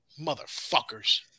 Motherfuckers